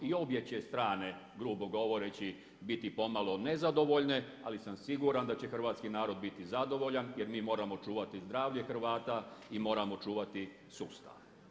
I obje će strane grubo govoreći biti pomalo nezadovoljne ali sam siguran da će hrvatski narod biti zadovoljan jer mi moramo čuvati zdravlje Hrvata i moramo čuvati sustav.